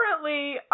currently